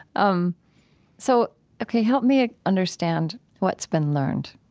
um so ok, help me ah understand what's been learned,